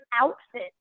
outfit